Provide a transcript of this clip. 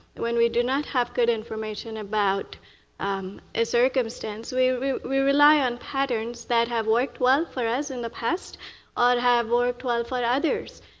when we do not have good information about a circumstance, we we rely on patterns that have worked well for us in the past have worked well for others.